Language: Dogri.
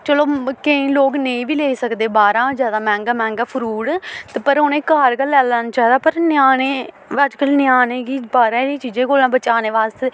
चलो केईं लोग नेईं बी लेई सकदे बाह्रा जैदा मैंह्गा मैंह्गा फ्रूट ते पर उ'नें घर गै लाई लैना चाहिदा पर ञ्याणे अजकल्ल ञ्याणें गी बाह्रा दियां चीजें कोला बचाने बास्तै